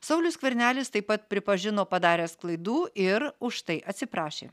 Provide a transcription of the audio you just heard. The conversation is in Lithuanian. saulius skvernelis taip pat pripažino padaręs klaidų ir už tai atsiprašė